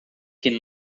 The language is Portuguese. que